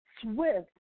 swift